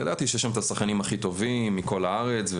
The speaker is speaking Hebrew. ידעתי שיש שם את השחיינים הכי טובים מכל הארץ,